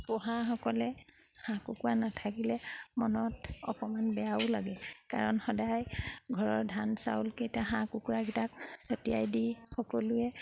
পোহাসকলে হাঁহ কুকুৰা নাথাকিলে মনত অকণমান বেয়াও লাগে কাৰণ সদায় ঘৰৰ ধান চাউলকেইটা হাঁহ কুকুৰাকেইটাক চটিয়াই দি সকলোৱে